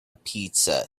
pizza